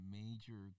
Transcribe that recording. major